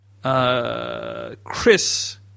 Chris